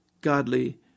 godly